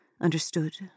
Understood